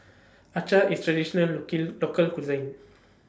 Acar IS Traditional Local Cuisine